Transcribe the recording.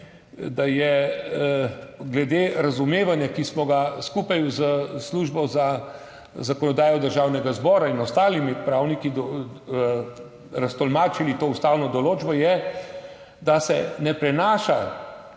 da je glede razumevanja, ki smo ga skupaj s službo za zakonodajo Državnega zbora in ostalimi pravniki raztolmačili to ustavno določbo, je, da se ne prenaša